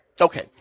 Okay